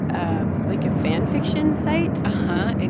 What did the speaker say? ah like, a fan fiction site uh-huh. and